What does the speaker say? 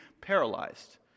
paralyzed